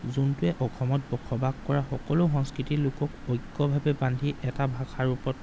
যোনটোৱে অসমত বসবাস কৰা সকলো সংস্কৃতিৰ লোকক ঐক্যভাৱে বান্ধি এটা ভাষা ৰূপত